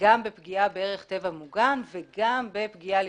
גם בפגיעה בערך טבע מוגן וגם בפגיעה על